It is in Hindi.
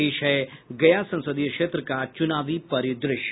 पेश है गया संसदीय क्षेत्र का चुनावी परिद्रश्य